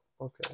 Okay